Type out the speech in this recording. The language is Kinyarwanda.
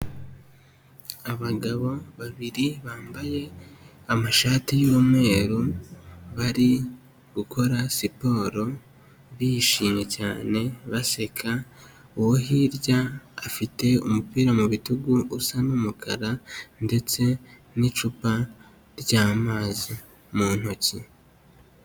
Abagabo babiri bambaye amashati y'umweru, bari gukora siporo bishimye cyane baseka, uwo hirya afite umupira mu bitugu usa n'umukara ndetse n'icupa ry'amazi mu ntoki.